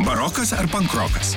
barokas ar pankrokas